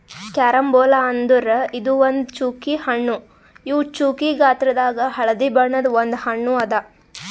carambola ಅಂದುರ್ ಇದು ಒಂದ್ ಚ್ಚುಕಿ ಹಣ್ಣು ಇವು ಚ್ಚುಕಿ ಗಾತ್ರದಾಗ್ ಹಳದಿ ಬಣ್ಣದ ಒಂದ್ ಹಣ್ಣು ಅದಾ